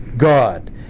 God